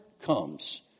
comes